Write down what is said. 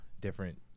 different